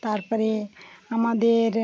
তার পরে আমাদের